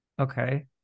Okay